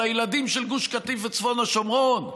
על הילדים של גוש קטיף וצפון השומרון,